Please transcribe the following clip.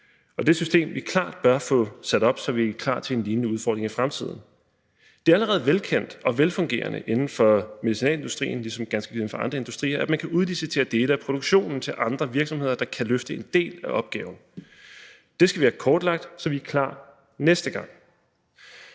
er et system, vi klart bør få sat op, så vi er klar til en lignende udfordring i fremtiden. Det er allerede velkendt og velfungerende inden for medicinalindustrien, ligesom det ganske givet er inden for andre industrier, at man kan udlicitere dele af produktionen til andre virksomheder, der kan løfte en del af opgaven. Det skal vi have kortlagt, så vi er klar næste gang.